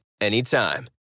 anytime